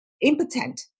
impotent